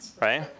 right